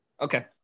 Okay